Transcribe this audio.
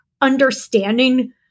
understanding